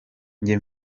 njye